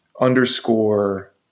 underscore